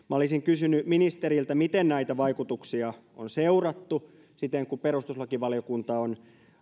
minä olisin kysynyt ministeriltä miten näitä vaikutuksia on seurattu siten kuin perustuslakivaliokunta on